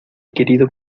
querido